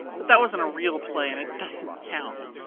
but that wasn't a real play and it doesn't count.